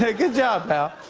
ah good job, pal.